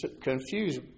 confuse